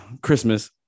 Christmas